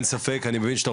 אני אגיד מסר